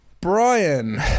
brian